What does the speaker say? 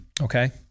Okay